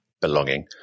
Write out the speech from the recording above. belonging